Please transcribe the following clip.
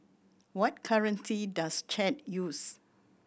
what currency does Chad use